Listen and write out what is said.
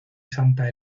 santa